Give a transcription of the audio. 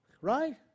Right